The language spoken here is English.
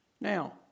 Now